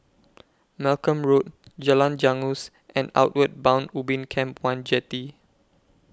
Malcolm Road Jalan Janggus and Outward Bound Ubin Camp one Jetty